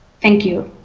thank you.